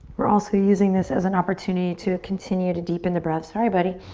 we're also using this as an opportunity to continue to deepen the breath. sorry buddy.